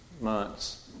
months